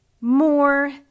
more